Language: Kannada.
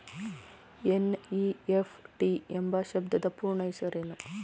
ಎನ್.ಇ.ಎಫ್.ಟಿ ಎಂಬ ಶಬ್ದದ ಪೂರ್ಣ ಹೆಸರೇನು?